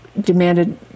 demanded